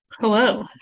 Hello